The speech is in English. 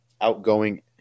outgoing